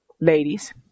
ladies